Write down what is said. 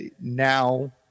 now